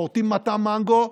כורתים מטע מנגו,